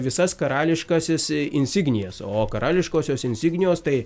visas karališkąsis insignijas o karališkosios insignijos tai